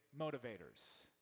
motivators